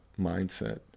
mindset